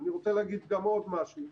אני רוצה להגיד עוד משהו,